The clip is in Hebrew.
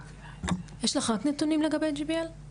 יש לך רק נתונים לגבי GBL?